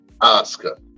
Oscar